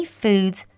foods